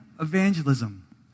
evangelism